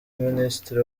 ministre